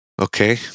Okay